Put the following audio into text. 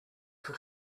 for